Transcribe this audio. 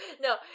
No